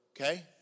okay